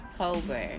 october